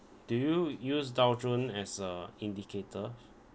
do you use dow jones as a indicator